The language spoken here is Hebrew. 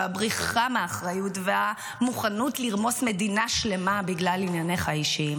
הבריחה מהאחריות והמוכנות לרמוס מדינה שלמה בגלל ענייניך האישיים.